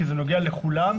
כי זה נוגע לכולם.